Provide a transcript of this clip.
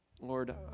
Lord